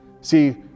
See